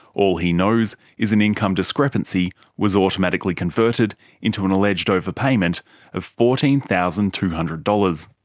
all he knows is an income discrepancy was automatically converted into an alleged overpayment of fourteen thousand two hundred dollars.